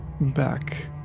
back